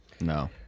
No